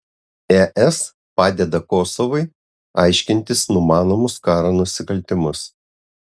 es padeda kosovui aiškintis numanomus karo nusikaltimus